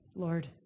Lord